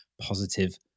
positive